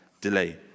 delay